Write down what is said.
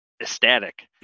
ecstatic